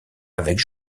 avec